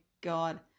God